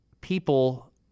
people